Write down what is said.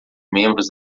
membros